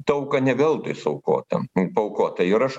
ta auka ne veltuis aukota paaukota ir aš